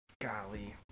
golly